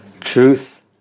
Truth